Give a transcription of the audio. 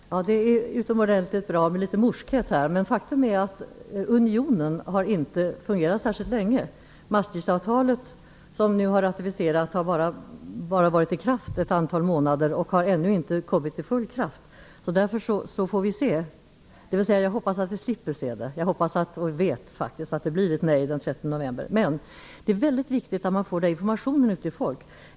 Fru talman! Det är utomordentligt bra med litet morskhet här, men faktum är att unionen inte har fungerat särskilt länge. Maastrichtavtalet, som nu har ratificerats, har bara gällt ett antal månader och har ännu inte kommit helt i gång. Jag hoppas att vi slipper se det - jag vet att det blir ett nej den 13 november. Det är mycket viktigt att man får ut informationen till folk.